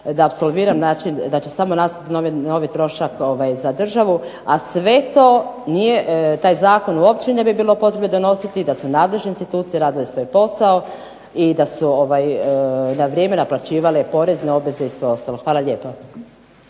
da apsolviram način, da će samo nastati novi trošak za državu, a sve to nije, taj zakon uopće ne bi bilo potrebe donositi, da su nadležne institucije radile svoj posao i da su na vrijeme naplaćivale porezne obveze i sve ostalo. Hvala lijepo.